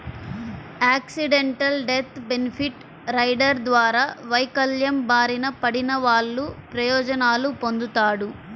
accidental death benefit rider ద్వారా వైకల్యం బారిన పడినవాళ్ళు ప్రయోజనాలు పొందుతాడు